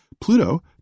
Pluto